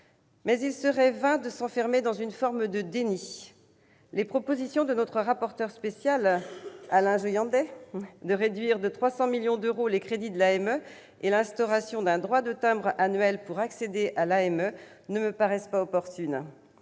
Mais il serait vain de nous enfermer dans une forme de déni. Les propositions de notre rapporteur spécial, Alain Joyandet, de réduire de 300 millions d'euros les crédits de l'AME et l'instauration d'un droit de timbre annuel pour accéder à cette aide ne me paraissent pas opportunes.